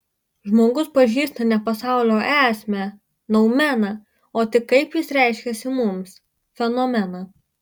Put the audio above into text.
žmogus pažįsta ne pasaulio esmę noumeną o tik kaip jis reiškiasi mums fenomeną